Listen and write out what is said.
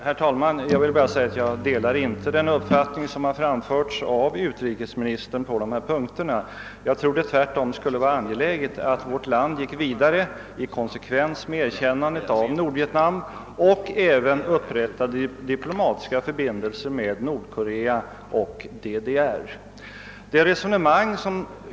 Herr talman! Jag delar inte utrikesministerns uppfattning i denna fråga. Tvärtom anser jag det vara angeläget att vårt land går vidare och i konsekvens med erkännandet av Nordvietnam även upprättar diplomatiska förbindelser med Nordkorea och DDR.